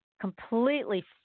completely